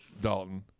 Dalton